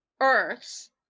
Earths